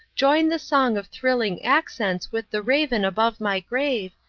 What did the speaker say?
join the song of thrilling accents with the raven above my grave,